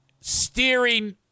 steering